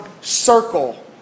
circle